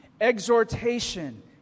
exhortation